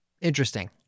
Interesting